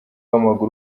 w’amaguru